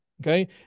Okay